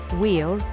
wheel